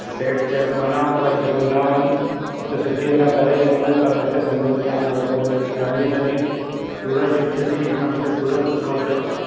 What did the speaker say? सेठ चवे मना पियो करे चवे पियो न वञु हिते सुठी अञा करे ॾींदुमांई पर मूंखे समुझ में कान आहीं पोइ फैमिली सॼी सूरत शिफ्ट थी त मूंखे सूरत अचिणो पियो